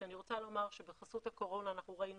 כשאני רוצה לומר שבחסות הקורונה אנחנו ראינו